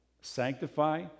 sanctify